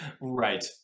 right